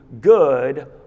good